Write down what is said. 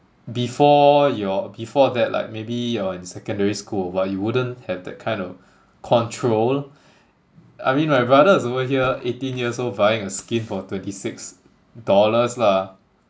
before your before that like maybe you're in secondary school or what you wouldn't have that kind of control I mean my brother is over here eighteen years old buying a skin for twenty six dollars lah